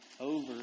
over